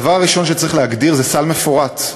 הדבר הראשון שצריך להגדיר זה סל מפורט,